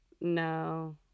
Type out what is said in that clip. no